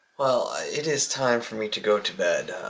well, it is time for me to go to bed.